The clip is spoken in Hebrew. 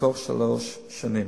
בתוך שלוש שנים.